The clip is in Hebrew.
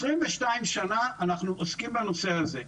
22 שנה אנחנו עוסקים בנושא הזה,